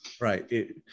Right